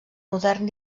modern